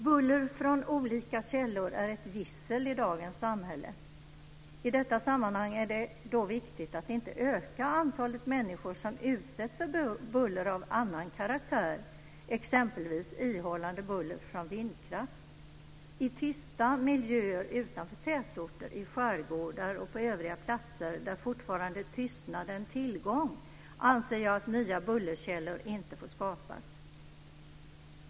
Buller från olika källor är ett gissel i dagens samhälle. I detta sammanhang är det viktigt att inte öka antalet människor som utsätts för buller av annan karaktär, exempelvis ihållande buller från vindkraft. I tysta miljöer, utanför tätorter, i skärgårdar och på övriga platser där fortfarande tystnad är en tillgång anser jag att nya bullerkällor inte får skapas.